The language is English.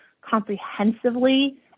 comprehensively